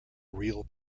real